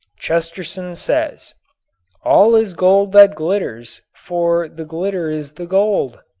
chesterton says all is gold that glitters, for the glitter is the gold.